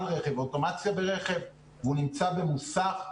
רכב או אוטומציה ברכב והוא נמצא במוסך.